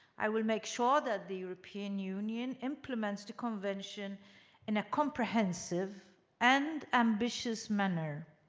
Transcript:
i will make sure that the european union implements the convention in a comprehensive and ambitious manner.